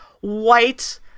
white